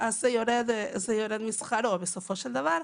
יורד משכרו בסופו של דבר.